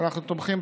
ואנחנו תומכים,